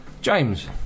James